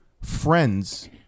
Friends